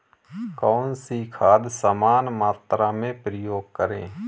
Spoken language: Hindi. कौन सी खाद समान मात्रा में प्रयोग करें?